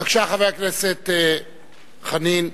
בבקשה, חבר הכנסת חנין.